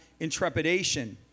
intrepidation